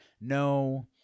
No